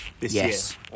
Yes